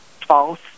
false